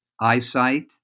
eyesight